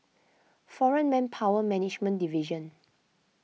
foreign Manpower Management Division